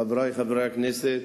חברי חברי הכנסת,